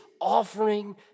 offering